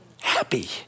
Happy